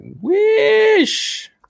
wish